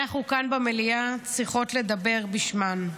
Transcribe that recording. אנחנו כאן במליאה צריכות לדבר בשמן.